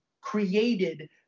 created